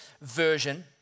version